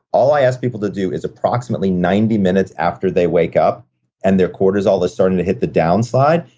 all i ask people to do is approximately ninety minutes after they wake up and their cortisol is starting to hit the down slide,